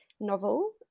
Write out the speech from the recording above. novel